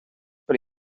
per